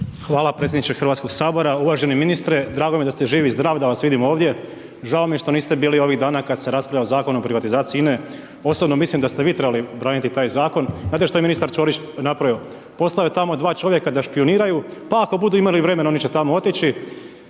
Hvala predsjedniče Hrvatskog sabora. Uvaženi ministre, drago mi je da ste živ i zdrav da vas vidim ovdje. Žao mi je što niste bili ovih dana kada se raspravljalo o privatizaciji INA-e. Osobno mislim da ste vi trebali braniti taj zakon. Znate šta je ministar Ćorić napravio? Poslao je tamo 2 čovjeka da špijuniraju, pa ako budu imali vremena oni će tamo otići